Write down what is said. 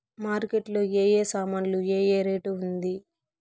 Market లో ఏ ఏ సామాన్లు ఏ ఏ రేటు ఉంది?